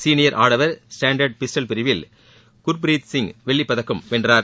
senior ஆடவர் standard pistol பிரிவில் குர்ப்ரீத் சிங் வெள்ளிப்பதக்கம் பெற்றார்